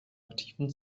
aktiven